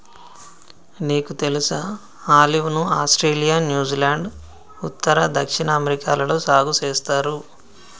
నీకు తెలుసా ఆలివ్ ను ఆస్ట్రేలియా, న్యూజిలాండ్, ఉత్తర, దక్షిణ అమెరికాలలో సాగు సేస్తారు